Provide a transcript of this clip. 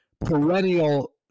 perennial